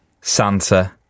Santa